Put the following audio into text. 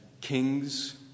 kings